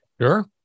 Sure